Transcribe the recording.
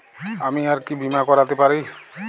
আমি আর কি বীমা করাতে পারি?